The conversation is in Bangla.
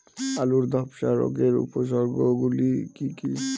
আলুর ধ্বসা রোগের উপসর্গগুলি কি কি?